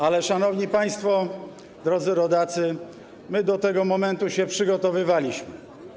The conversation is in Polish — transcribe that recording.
Ale, szanowni państwo, drodzy rodacy, my do tego momentu się przygotowywaliśmy.